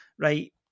right